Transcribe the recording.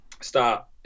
start